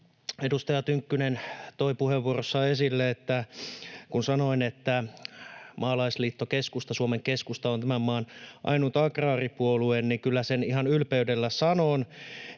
Edustaja Tynkkynen toi puheenvuorossaan esille sen, kun sanoin, että maalaisliitto-keskusta, Suomen Keskusta on tämän maan ainut agraaripuolue, niin kyllä sen ihan ylpeydellä sanon,